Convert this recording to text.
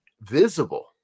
visible